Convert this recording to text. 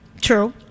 true